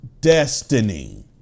destiny